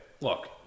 Look